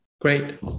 great